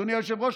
אדוני היושב-ראש,